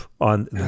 on